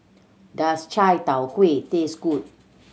does Chai Tow Kuay taste good